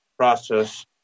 Process